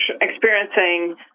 experiencing